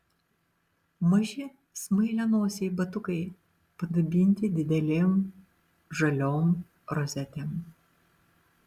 maži smailianosiai batukai padabinti didelėm žaliom rozetėm